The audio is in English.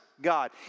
God